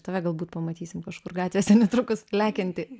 tave galbūt pamatysim kažkur gatvėse netrukus lekiantį